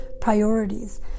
priorities